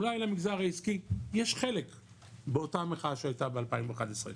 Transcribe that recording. אולי למגזר העסקי יש חלק באותה מחאה שהייתה ב-2011,